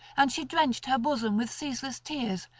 and she drenched her bosom with ceaseless tears,